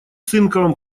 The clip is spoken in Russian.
цинковом